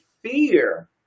fear